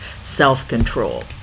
self-control